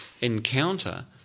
encounter